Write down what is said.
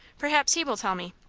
perhaps he will tell me.